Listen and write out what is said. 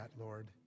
Lord